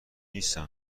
نیستن